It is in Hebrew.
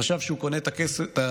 חשב שהוא קונה את השקט